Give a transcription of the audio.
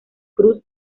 cruz